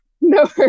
no